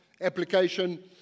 application